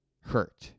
hurt